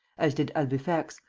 as did d'albufex,